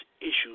issues